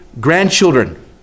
grandchildren